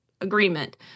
agreement